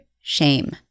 shame